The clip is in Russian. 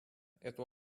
эту